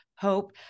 Hope